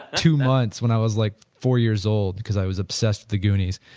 two months when i was like four years old because i was obsessed with the goonies.